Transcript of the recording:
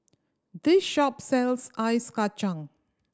this shop sells ice kacang